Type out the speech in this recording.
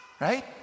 Right